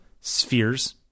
Spheres